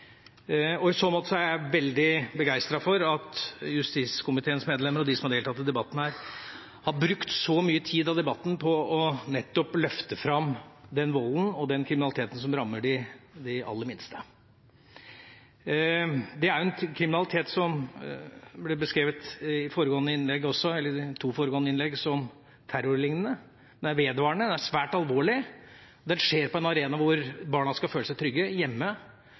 I så måte er jeg veldig begeistret for at justiskomiteens medlemmer og de som har deltatt i debatten her, har brukt så mye tid av debatten på nettopp å løfte fram den volden og den kriminaliteten som rammer de aller minste. Det er en kriminalitet som også i foregående innlegg, eller de to foregående innlegg, ble beskrevet som terrorlignende. Den er vedvarende, den er svært alvorlig, det skjer på en arena hvor barna skal føle seg trygge: hjemme,